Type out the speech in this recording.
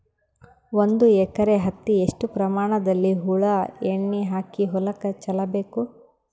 ಒಂದು ಎಕರೆ ಹತ್ತಿ ಎಷ್ಟು ಪ್ರಮಾಣದಲ್ಲಿ ಹುಳ ಎಣ್ಣೆ ಹಾಕಿ ಹೊಲಕ್ಕೆ ಚಲಬೇಕು?